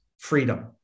Freedom